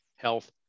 health